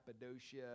Cappadocia